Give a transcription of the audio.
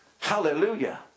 Hallelujah